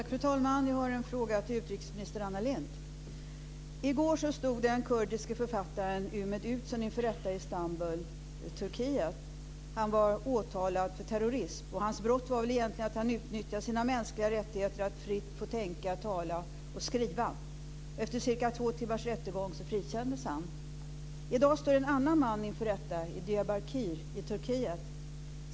Fru talman! Jag har en fråga till utrikesminister I går stod den kurdiske författaren Mehmed Uzun inför rätta i Istanbul i Turkiet. Han var åtalad för terrorism. Hans brott var väl egentligen att han utnyttjade sina mänskliga rättigheter att fritt få tänka, tala och skriva. Efter cirka två timmars rättegång frikändes han. I dag står en annan man inför rätta i Diyarbakir i Turkiet.